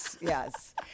Yes